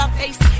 face